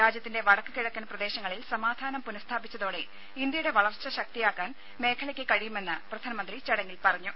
രാജ്യത്തിന്റെ വടക്ക് കിഴക്കൻ പ്രദേശങ്ങളിൽ സമാധാനം പുനഃസ്ഥാപിച്ചതോടെ ഇന്ത്യയുടെ വളർച്ചാ ശക്തിയാകാൻ മേഖലയ്ക്ക് കഴിയുമെന്ന് പ്രധാനമന്ത്രി ചടങ്ങിൽ പറഞ്ഞു